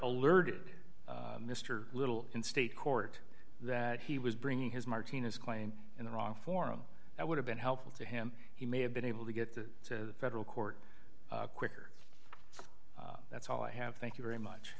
alerted mr little in state court that he was bringing his martina's claim in the wrong forum that would have been helpful to him he may have been able to get to federal court quicker that's all i have thank you very much